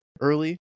early